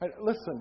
Listen